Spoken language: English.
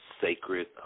sacred